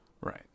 Right